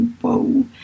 whoa